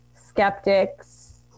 skeptics